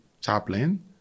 chaplain